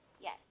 Yes